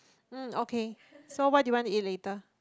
mm okay so what do you want to eat later